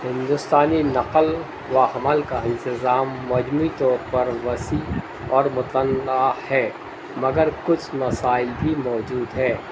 ہندوستانی نقل و حمل کا انتظام مجموعی طور پر وسیع اور متنوع ہے مگر کچھ مسائل بھی موجود ہے